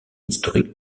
historique